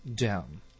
down